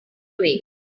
away